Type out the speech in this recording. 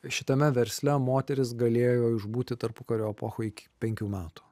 šitame versle moteris galėjo išbūti tarpukario epochoje iki penkių metų